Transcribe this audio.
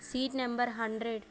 seat number hundred